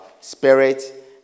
spirit